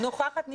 נוכחת נפקדת,